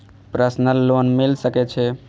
Personal loan मिल सके छे?